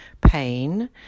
pain